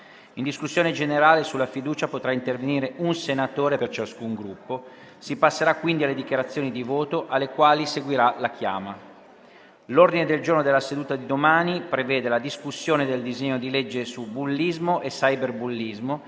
In discussione sulla fiducia potrà intervenire un senatore per ciascun Gruppo. Si passerà quindi alle dichiarazioni di voto, alle quali seguirà la chiama. L'ordine del giorno della seduta di domani prevede la discussione del disegno di legge su bullismo e cyberbullismo,